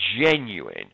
genuine